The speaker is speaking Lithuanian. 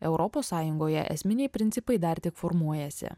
europos sąjungoje esminiai principai dar tik formuojasi